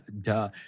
Duh